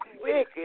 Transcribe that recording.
wicked